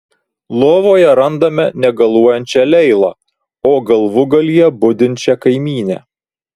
lovoje randame negaluojančią leilą o galvūgalyje budinčią kaimynę